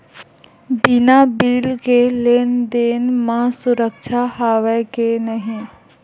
बिना बिल के लेन देन म सुरक्षा हवय के नहीं?